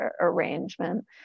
arrangement